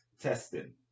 testing